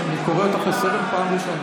אני קורא אותך לסדר פעם ראשונה.